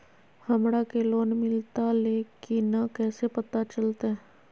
हमरा के लोन मिलता ले की न कैसे पता चलते?